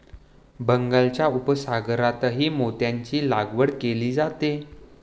बंगालच्या उपसागरातही मोत्यांची लागवड केली जाते